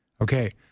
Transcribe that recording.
Okay